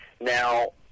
Now